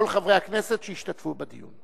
כל חברי הכנסת שישתתפו בדיון.